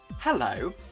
Hello